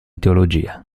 teologia